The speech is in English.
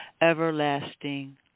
everlasting